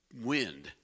wind